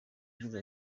yagize